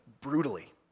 brutally